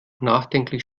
nachdenklich